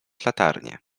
latarnię